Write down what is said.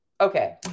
Okay